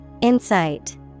Insight